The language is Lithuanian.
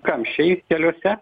kamščiai keliuose